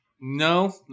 No